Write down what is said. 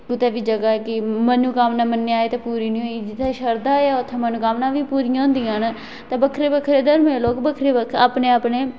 कुतै बी जगह ऐ कि मनोकामनां मन्नेआ अज्ज तक पूरी निं होई जित्थै श्रद्धा ऐ उत्थै मनोकामनां बी पूरियां होंदियां न ते बक्खरे बक्खरे धर्में दे लोक बक्खरे बक्खरे अपने अपने